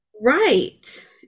Right